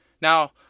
Now